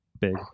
big